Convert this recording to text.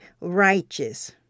righteous